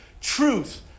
truth